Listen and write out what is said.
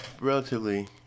relatively